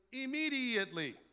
immediately